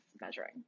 measuring